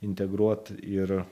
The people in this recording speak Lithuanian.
integruot ir